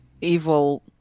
evil